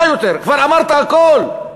כבר אמרת הכול.